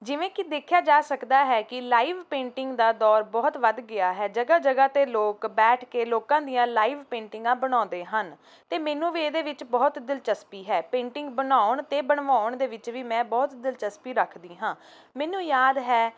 ਜਿਵੇਂ ਕਿ ਦੇਖਿਆ ਜਾ ਸਕਦਾ ਹੈ ਕਿ ਲਾਈਵ ਪੇਂਟਿੰਗ ਦਾ ਦੌਰ ਬਹੁਤ ਵੱਧ ਗਿਆ ਹੈ ਜਗ੍ਹਾ ਜਗ੍ਹਾ 'ਤੇ ਲੋਕ ਬੈਠ ਕੇ ਲੋਕਾਂ ਦੀਆਂ ਲਾਈਵ ਪੇਂਟਿੰਗਾਂ ਬਣਾਉਂਦੇ ਹਨ ਅਤੇ ਮੈਨੂੰ ਵੀ ਇਹਦੇ ਵਿੱਚ ਬਹੁਤ ਦਿਲਚਸਪੀ ਹੈ ਪੇਂਟਿੰਗ ਬਣਾਉਣ ਅਤੇ ਬਣਵਾਉਣ ਦੇ ਵਿੱਚ ਵੀ ਮੈਂ ਬਹੁਤ ਦਿਲਚਸਪੀ ਰੱਖਦੀ ਹਾਂ ਮੈਨੂੰ ਯਾਦ ਹੈ